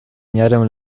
miarę